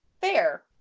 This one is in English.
fair